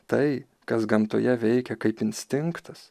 tai kas gamtoje veikia kaip instinktas